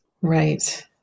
Right